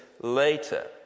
later